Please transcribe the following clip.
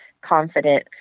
confident